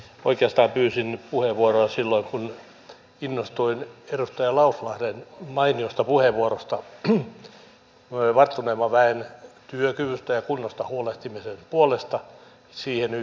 oikeastaan pyysin puheenvuoroa silloin kun innostuin edustaja lauslahden mainiosta puheenvuorosta varttuneemman väen työkyvystä ja kunnosta huolehtimisen puolesta yhdistettynä ihmisen nuoruuden intoon